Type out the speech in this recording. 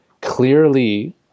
clearly